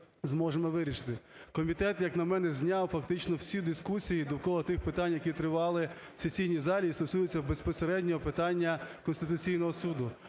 зможемо вирішити. Комітет як на мене зняв фактично всі дискусії довкола тих питань, які тривали в сесійній залі і стосуються безпосередньо питання Конституційного Суду.